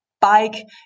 bike